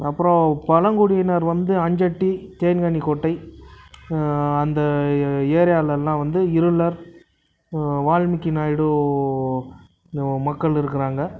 அப்புறம் பழங்குடியினர் வந்து அஞ்சட்டி தேன்கனி கோட்டை அந்த ஏரியலலாம் வந்து இருளர் வால்மிகி நாயுடு மக்கள் இருக்கிறாங்க